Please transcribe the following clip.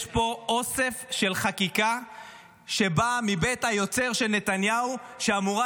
יש פה אוסף של חקיקה שבאה מבית היוצר של נתניהו שאמורה